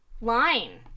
line